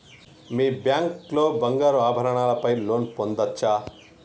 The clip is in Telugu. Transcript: మీ బ్యాంక్ లో బంగారు ఆభరణాల పై లోన్ పొందచ్చా?